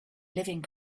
living